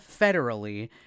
federally